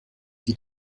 die